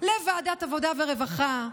לוועדת עבודה ורווחה,